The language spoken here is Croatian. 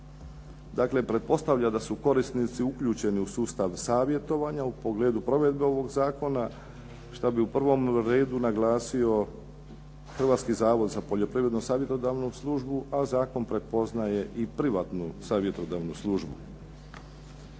Dakle pretpostavlja da su korisnici uključeni u sustav savjetovanja, u pogledu provedbe ovog zakona, šta bi u prvom redu naglasio Hrvatski zavod za poljoprivredno-savjetodavnu službu, a zakon prepoznaje i privatnu savjetodavnu službu.